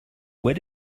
where